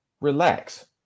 relax